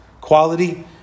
quality